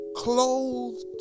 clothed